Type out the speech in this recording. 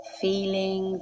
feeling